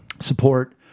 support